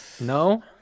No